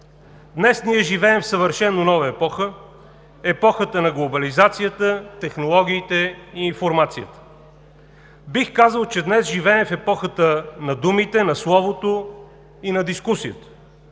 Днес ние живеем в съвършено нова епоха – епохата на глобализацията, технологиите и информацията. Бих казал, че днес живеем в епохата на думите, на словото и на дискусията.